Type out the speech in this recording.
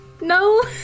No